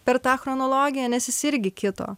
per tą chronologiją nes jis irgi kito